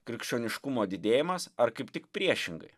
krikščioniškumo didėjimas ar kaip tik priešingai